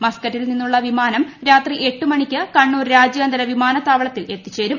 മസ്ക്കറ്റിൽ നിന്നുള്ള വിമാനം രാത്രി എട്ട് മണിക്ക് കണ്ണൂർ രാജ്യാന്തര വിമാനത്താവളത്തിൽ എത്തിച്ചേരും